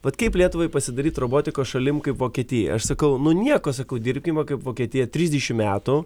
vat kaip lietuvai pasidaryt robotikos šalim kaip vokietija aš sakau nu nieko sakau dirbkime kaip vokietija trisdešimt metų